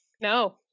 No